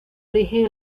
origen